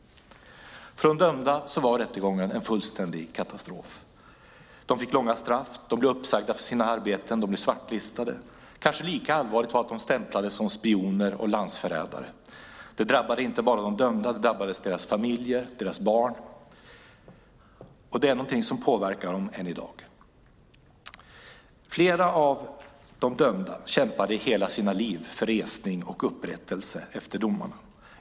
För de dömda var rättegången en fullständig katastrof. De fick långa straff, blev uppsagda från sina arbeten och blev svartlistade. Kanske lika allvarligt var att de stämplades som spioner och landsförrädare. Det drabbade inte bara de dömda utan också deras familjer och barn, och det är något som påverkar dem än i dag. Flera av de dömda kämpade hela sina liv för resning och upprättelse efter domarna.